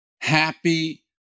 happy